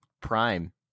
Prime